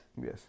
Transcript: Yes